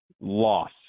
loss